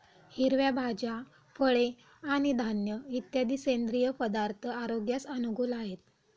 हिरव्या भाज्या, फळे आणि धान्य इत्यादी सेंद्रिय पदार्थ आरोग्यास अनुकूल आहेत